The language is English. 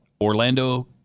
Orlando